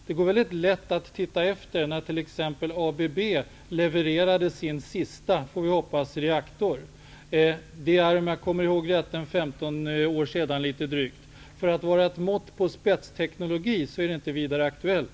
För drygt 15 år sedan levererade ABB sin -- förhoppningsvis -- sista reaktor. För att vara ett mått på spetstekonologi är detta exempel inte vidare aktuellt.